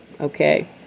okay